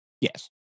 Yes